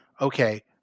okay